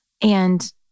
And-